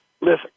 Listen